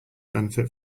benefit